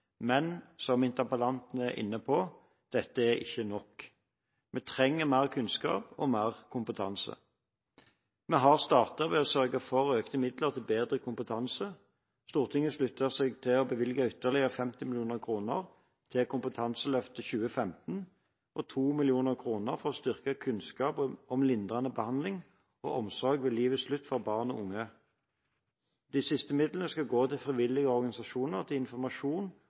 Men – som interpellanten var inne på – dette er ikke nok. Vi trenger mer kunnskap og mer kompetanse. Vi har startet på dette ved å sørge for økte midler til å bedre kompetansen. Stortinget sluttet seg til å bevilge ytterligere 50 mill. kr til Kompetanseløftet 2015 og 2 mill. kr til å styrke kunnskap om lindrende behandling og omsorg ved livets slutt for barn og unge. Disse siste midlene skal gå til frivillige organisasjoner, til informasjon